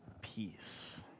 peace